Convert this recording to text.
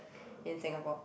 in Singapore